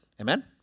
Amen